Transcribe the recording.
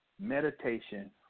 meditation